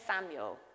Samuel